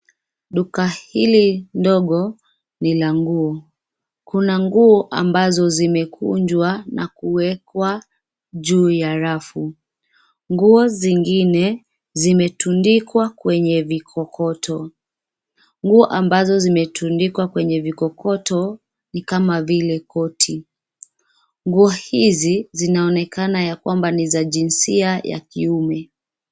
Duka hili dogo, ni la nguo. Kuna nguo ambazo zimekunjwa, na kuwekwa juu ya rafu. Nguo zingine, zimetundikwa kwenye vikokoto. Nguo ambazo zimetundikwa kwenye vikokoto, ni kama vile koti. Nguo hizi, zinaonekana ya kwamba ni za jinsia ya kiume.